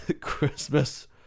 christmas